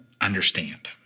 understand